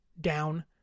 down